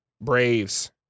Braves